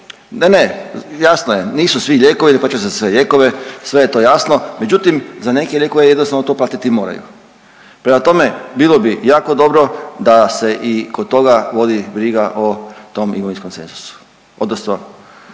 Ne, ne, jasno je nisu svi lijekovi, ne plaćaju za sve lijekove sve je to jasno, međutim za neke lijekove jednostavno to platiti moraju. Prema tome, bilo bi jako dobro da se i kod toga vodi briga o tom imovinskom cenzusu odnosno